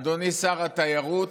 אדוני שר התיירות,